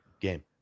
game